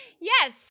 Yes